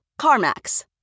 CarMax